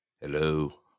hello